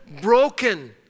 broken